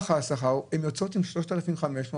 והן יוצאות עם 3,500 שקלים,